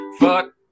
Fuck